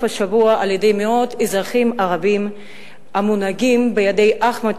השבוע על-ידי מאות אזרחים ערבים המונהגים בידי אחמד